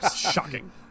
Shocking